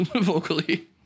vocally